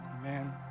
amen